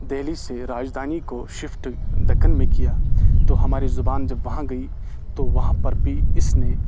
دہلی سے راجدھانی کو شفٹ دکن میں کیا تو ہماری زبان جب وہاں گئی تو وہاں پر بھی اس نے